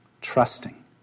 trusting